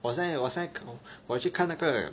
我现在我现在我去看那个